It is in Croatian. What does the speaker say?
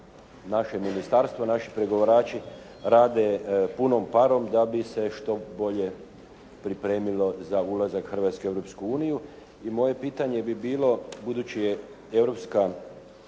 naše ministarstvo, naši pregovarači rade punom parom da bi se što bolje pripremilo za ulazak Hrvatske u Europsku uniju. I moje pitanje bi bilo, budući je